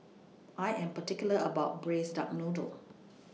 I Am particular about Braised Duck Noodle